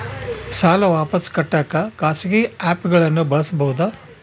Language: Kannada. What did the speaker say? ಸಾಲ ವಾಪಸ್ ಕಟ್ಟಕ ಖಾಸಗಿ ಆ್ಯಪ್ ಗಳನ್ನ ಬಳಸಬಹದಾ?